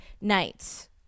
nights